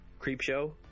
Creepshow